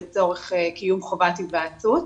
לצורך קיום חובת היוועצות,